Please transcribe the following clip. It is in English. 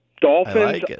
Dolphins